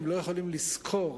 הם לא יכולים לשכור